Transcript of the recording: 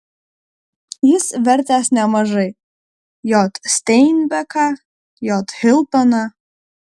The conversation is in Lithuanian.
jis vertęs nemažai j steinbeką j hiltoną